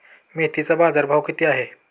मेथीचा बाजारभाव किती आहे?